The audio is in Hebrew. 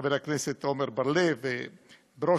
חברי הכנסת עמר בר-לב וברושי,